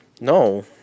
No